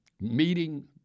meeting